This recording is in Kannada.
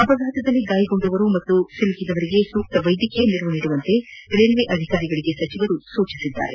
ಅಪಘಾತದಲ್ಲಿ ಗಾಯಗೊಂಡವರು ಹಾಗೂ ಸಿಲುಕಿದವರಿಗೆ ಸೂಕ್ತ ವೈದ್ಯಕೀಯ ನೆರವು ನೀಡುವಂತೆ ರೈಲ್ವೆ ಅಧಿಕಾರಿಗಳಿಗೆ ಸಚಿವರು ಸೂಚಿಸಿದ್ದಾರೆ